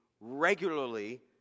regularly